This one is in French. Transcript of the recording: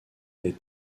des